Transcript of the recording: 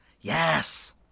yes